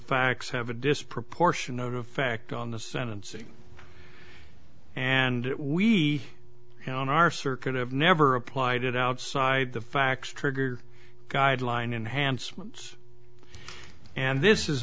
facts have a disproportionate effect on the sentencing and we on our circuit have never applied it outside the facts trigger guideline enhancements and this is